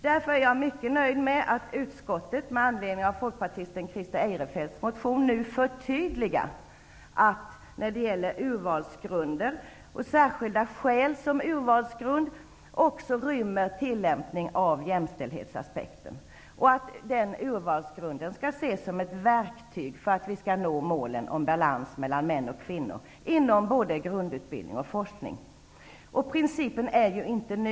Därför är jag mycket nöjd med att utskottet, med anledning av folkpartisten Christer Eirefelts motion, nu förtydligar att man när det gäller urvalsgrunder och särskilda skäl som urvalsgrund, också skall inrymma tillämpning av jämställdhetsaspekten och att denna urvalsgrund skall ses som ett verktyg för att vi skall nå målen om balans mellan män och kvinnor inom både grundutbildning och forskning. Principen är inte ny.